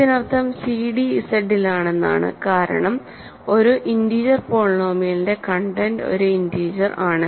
ഇതിനർത്ഥം സിഡി ഇസഡിലാണെന്നാണ് കാരണം ഒരു ഇന്റീജർ പോളിനോമിയലിന്റെ കണ്ടെന്റ് ഒരു ഇന്റീജർ ആണ്